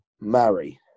marry